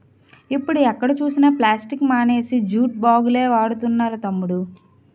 ఇప్పుడు ఎక్కడ చూసినా ప్లాస్టిక్ మానేసి జూట్ బాగులే వాడుతున్నారు తమ్ముడూ